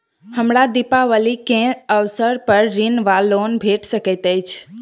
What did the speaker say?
हमरा दिपावली केँ अवसर पर ऋण वा लोन भेट सकैत अछि?